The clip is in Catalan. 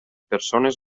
persones